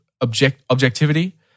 objectivity